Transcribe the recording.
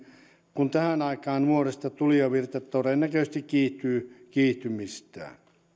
kun tähän aikaan vuodesta tulijavirta todennäköisesti kiihtyy kiihtymistään